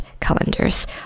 calendars